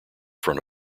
front